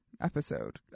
episode